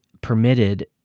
permitted